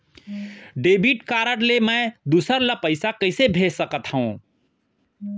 Debit card ले मैं दूसर ला पइसा कइसे भेज सकत हओं?